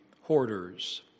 hoarders